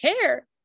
care